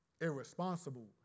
irresponsible